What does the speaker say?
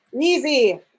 easy